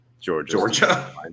Georgia